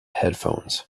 headphones